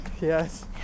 yes